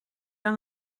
aan